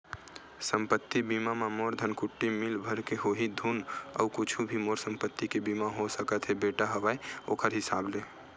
संपत्ति बीमा म मोर धनकुट्टी मील भर के होही धुन अउ कुछु भी मोर संपत्ति के बीमा हो सकत हे बेटा हवय ओखर हिसाब ले?